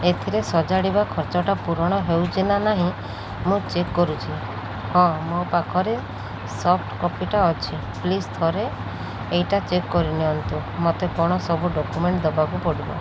ଏଥିରେ ସଜାଡ଼ିବା ଖର୍ଚ୍ଚଟା ପୂରଣ ହେଉଛି ନା ନାହିଁ ମୁଁ ଚେକ୍ କରୁଛି ହଁ ମୋ ପାଖରେ ସଫ୍ଟ କପିଟା ଅଛି ପ୍ଲିଜ୍ ଥରେ ଏଇଟା ଚେକ୍ କରିନିଅନ୍ତୁ ମୋତେ କ'ଣ ସବୁ ଡକ୍ୟୁମେଣ୍ଟ ଦେବାକୁ ପଡ଼ିବ